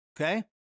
Okay